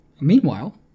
Meanwhile